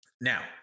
now